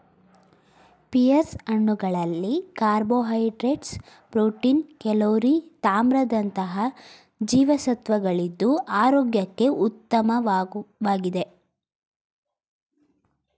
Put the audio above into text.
pears ಹಣ್ಣುಗಳಲ್ಲಿ carbohydrates, protein, calorie ತಾಮ್ರದಂತಹ ಜೀವಸತ್ವಗಳಿದ್ದು ಆರೋಗ್ಯಕ್ಕೆ ಉತ್ತಮವಾಗಿದೆ